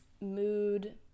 mood